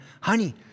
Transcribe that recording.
honey